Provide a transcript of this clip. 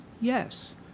Yes